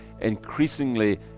increasingly